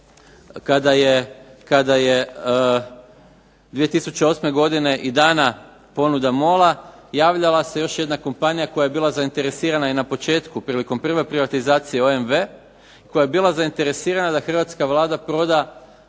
kada je 2008. godine i dana ponuda MOL-a, javljala se još jedna kompanija koja je bila zainteresirana i na početku prilikom prve privatizacije OMV, koja je bila zainteresirana da Hrvatska vlada proda